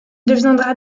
deviendra